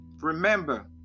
remember